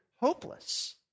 hopeless